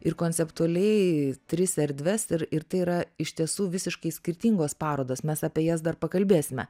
ir konceptualiai tris erdves ir ir tai yra iš tiesų visiškai skirtingos parodos mes apie jas dar pakalbėsime